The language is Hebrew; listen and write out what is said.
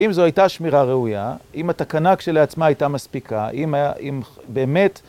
אם זו הייתה שמירה ראויה, אם התקנה כשלעצמה הייתה מספיקה, אם באמת...